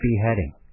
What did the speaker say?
beheading